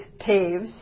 Taves